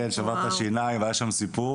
כן, שבר את השיניים והיה שם סיפור.